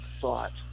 thought